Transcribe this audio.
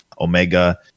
Omega